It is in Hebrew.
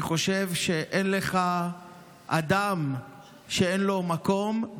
אני חושב שאין לך אדם שאין לו מקום,